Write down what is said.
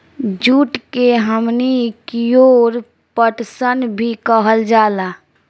जुट के हमनी कियोर पटसन भी कहल जाला